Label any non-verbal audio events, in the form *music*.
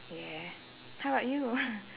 yeah how about you *laughs*